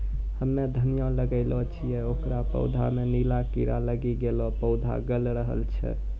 हम्मे धनिया लगैलो छियै ओकर पौधा मे नीला कीड़ा लागी गैलै पौधा गैलरहल छै?